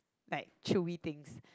like chewy things